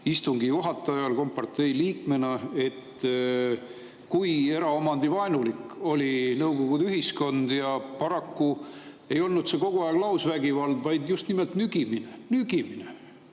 istungi juhatajal kompartei liikmena, kui eraomandivaenulik oli Nõukogude ühiskond. Seal ei olnud kogu aeg lausvägivald, vaid just nimelt nügimine – nügimine!